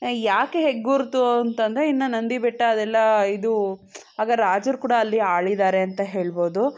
ಯಾಕೆ ಹೆಗ್ಗುರುತು ಅಂತಂದರೆ ಇನ್ನು ನಂದಿಬೆಟ್ಟ ಅದೆಲ್ಲ ಇದು ಆಗ ರಾಜರು ಕೂಡ ಅಲ್ಲಿ ಆಳಿದ್ದಾರೆ ಅಂತ ಹೇಳ್ಬೋದು